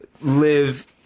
live